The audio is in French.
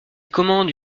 commande